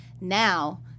now